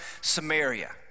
samaria